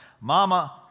Mama